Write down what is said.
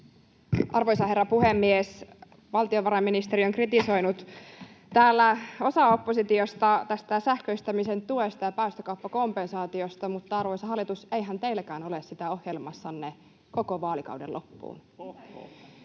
Arvoisa herra puhemies! Valtiovarainministeri on kritisoinut täällä osaa oppositiosta tästä sähköistämisen tuesta ja päästökauppakompensaatiosta. Mutta, arvoisa hallitus, eihän teillekään ole sitä ohjelmassanne koko vaalikauden loppuun.